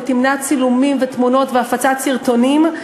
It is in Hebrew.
ותמנע צילומים ותמונות והפצת סרטונים.